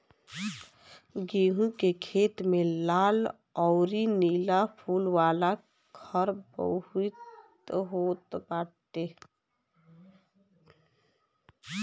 गेंहू के खेत में लाल अउरी नीला फूल वाला खर बहुते होत बाटे